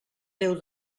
déu